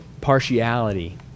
partiality